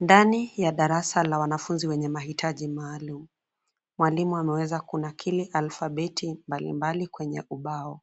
Ndani ya darasa la wanafunzi wenye mahitaji maalum, mwalimu ameweza kunakili alfabeti mbalimbali kwenye ubao.